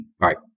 right